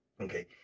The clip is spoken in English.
Okay